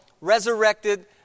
resurrected